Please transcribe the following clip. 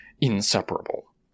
inseparable